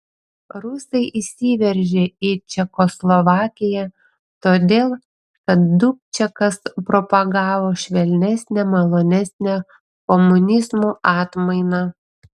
rusai įsiveržė į čekoslovakiją todėl kad dubčekas propagavo švelnesnę malonesnę komunizmo atmainą